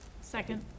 Second